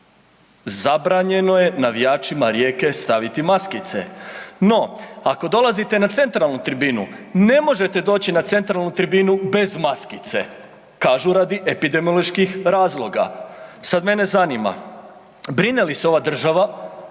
zabranjeno je navijačima Rijeke staviti maskice, no ako dolazite na centralnu tribinu ne možete doći na centralnu tribinu bez maskice, kažu radi epidemioloških razloga. Sad mene zanima, brine li se ova država,